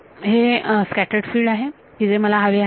म्हणून हे scattered field आहे की जे मला हवे आहे